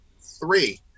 Three